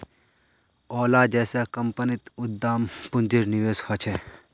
ओला जैसा कम्पनीत उद्दाम पून्जिर निवेश होछे